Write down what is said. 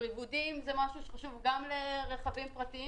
ריבודים זה משהו שחשוב גם לרכבים פרטיים